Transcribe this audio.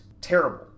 Terrible